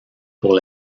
pour